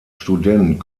student